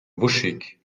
wuschig